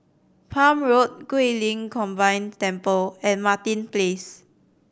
Palm Road Guilin Combined Temple and Martin Place